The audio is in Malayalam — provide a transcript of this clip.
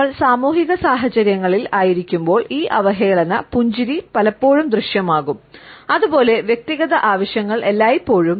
നമ്മൾ സാമൂഹിക സാഹചര്യങ്ങളിൽ ആയിരിക്കുമ്പോൾ ഈ അവഹേളന പുഞ്ചിരി പലപ്പോഴും ദൃശ്യമാകും അതുപോലെ വ്യക്തിഗത ആവശ്യങ്ങൾ എല്ലായ്പ്പോഴും